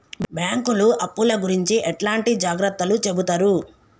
బ్యాంకులు అప్పుల గురించి ఎట్లాంటి జాగ్రత్తలు చెబుతరు?